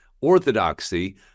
orthodoxy